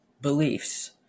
beliefs